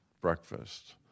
breakfast